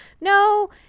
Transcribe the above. No